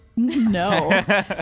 No